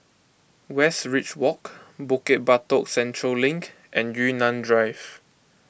Westridge Walk Bukit Batok Central Link and Yunnan Drive